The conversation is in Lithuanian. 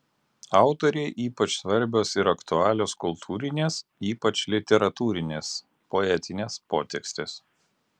autorei ypač svarbios ir aktualios kultūrinės ypač literatūrinės poetinės potekstės